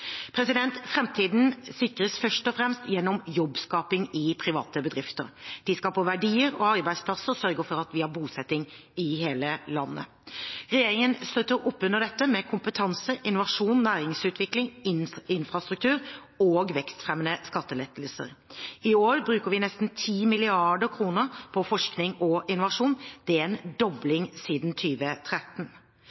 sikres først og fremst gjennom jobbskaping i private bedrifter. De skaper verdier og arbeidsplasser og sørger for at vi har bosetting i hele landet. Regjeringen støtter oppunder dette med kompetanse, innovasjon, næringsutvikling, infrastruktur og vekstfremmende skattelettelser. I år bruker vi nesten 10 mrd. kr på forskning og innovasjon. Det er en